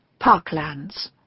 Parklands